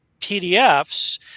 PDFs